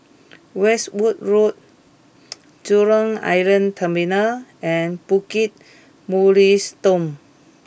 Westwood Road Jurong Island Terminal and Bukit Mugliston